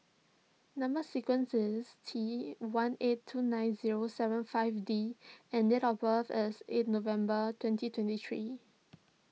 Number Sequence is T one eight two nine zero seven five D and date of birth is eight November twenty twenty three